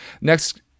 Next